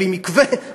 בלי מקווה,